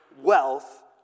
wealth